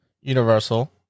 Universal